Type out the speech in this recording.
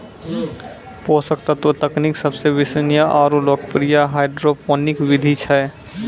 पोषक तत्व तकनीक सबसे विश्वसनीय आरु लोकप्रिय हाइड्रोपोनिक विधि छै